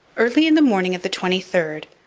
early in the morning of the twenty third,